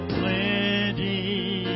plenty